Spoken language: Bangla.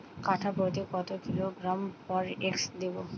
কাঠাপ্রতি কত কিলোগ্রাম ফরেক্স দেবো?